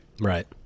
Right